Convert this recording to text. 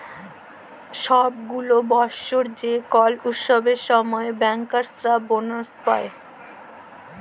ছব গুলা বসর যে কল উৎসবের সময় ব্যাংকার্সরা বলাস পায়